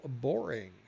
boring